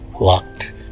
locked